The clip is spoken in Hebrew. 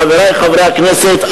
חברי חברי הכנסת,